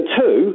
two